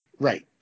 Right